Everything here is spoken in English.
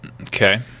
Okay